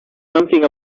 something